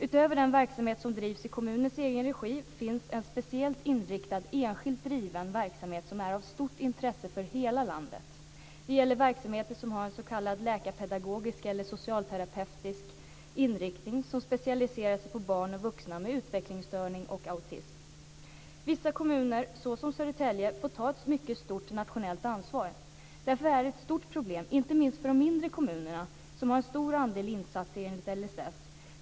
Utöver den verksamhet som drivs i kommunens egen regi finns en speciellt inriktad enskilt driven verksamhet som är av stort intresse för hela landet. Det gäller en verksamhet som har en s.k. läkarpedagogisk eller socialterapeutisk inriktning, som specialiserar sig på barn och vuxna med utvecklingsstörning och autism. Vissa kommuner, som Södertälje, får ta ett mycket stort nationellt ansvar, därför är det ett stort problem, inte minst för de mindre kommuner som har en stor andel insatser enligt LSS.